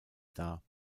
dar